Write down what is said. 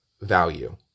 value